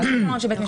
כן, רשאים לקבוע.